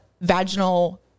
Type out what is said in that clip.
vaginal